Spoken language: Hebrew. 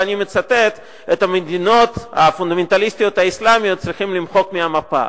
ואני מצטט: את המדינות הפונדמנטליסטיות האסלאמיות צריכים למחוק מהמפה.